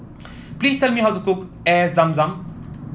please tell me how to cook Air Zam Zam